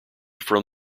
from